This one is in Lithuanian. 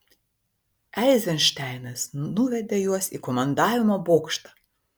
eizenšteinas nuvedė juos į komandavimo bokštą